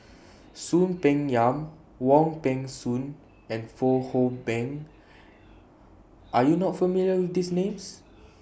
Soon Peng Yam Wong Peng Soon and Fong Hoe Beng Are YOU not familiar with These Names